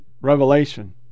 revelation